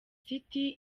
city